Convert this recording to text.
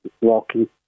walking